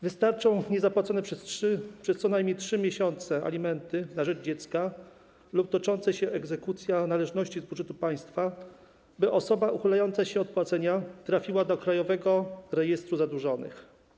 Wystarczą niezapłacone przez co najmniej 3 miesiące alimenty na rzecz dziecka lub tocząca się egzekucja należności z budżetu państwa, by osoba uchylająca się od płacenia trafiła do Krajowego Rejestru Zadłużonych.